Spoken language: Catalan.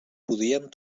podien